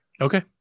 okay